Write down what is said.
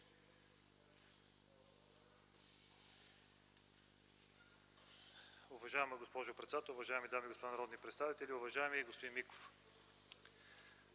Уважаема госпожо председател, уважаеми дами и господа народни представители! Уважаеми господин Миков,